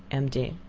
m d.